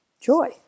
joy